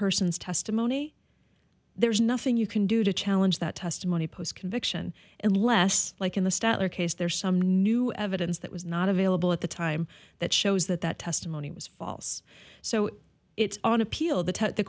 person's testimony there's nothing you can do to challenge that testimony post conviction unless like in the statler case there's some new evidence that was not available at the time that shows that that testimony was false so it's on appeal that the